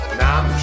nam